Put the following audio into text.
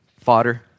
fodder